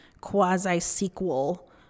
quasi-sequel